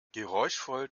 geräuschvoll